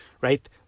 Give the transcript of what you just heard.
right